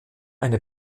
eine